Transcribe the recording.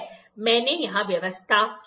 मैंने यहां व्यवस्था की है